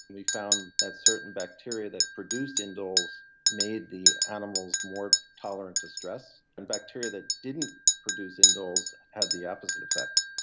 and we found that certain bacteria that produced indoles made the animals more tolerant to stress. and bacteria that didn't produce indoles had the opposite effect.